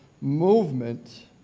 movement